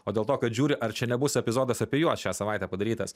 o dėl to kad žiūri ar čia nebus epizodas apie juos šią savaitę padarytas